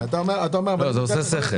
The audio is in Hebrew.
זה עושה שכל.